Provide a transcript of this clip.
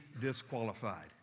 disqualified